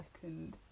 second